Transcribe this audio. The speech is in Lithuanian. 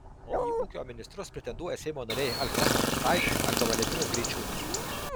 į ūkio ministrus pretenduoja seimo nariai alfonsas macaitis arba valentinas greičiūnas